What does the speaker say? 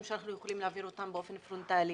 שאנחנו יכולים להעביר באופן פרונטאלי.